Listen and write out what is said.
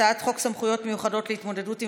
הצעת חוק סמכויות מיוחדות להתמודדות עם